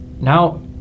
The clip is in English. Now